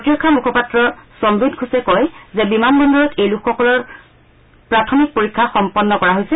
প্ৰতিৰক্ষা মূখপাত্ৰ সম্বিত ঘোষে কয় যে বিমান বন্দৰত এই লোকসকলৰ প্ৰাথমিক পৰীক্ষা সম্পন্ন কৰা হৈছে